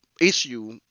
issue